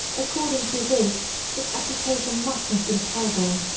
according to this his agitation must have been terrible.